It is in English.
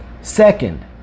second